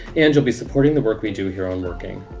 and you'll be supporting the work we do here on working.